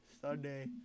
Sunday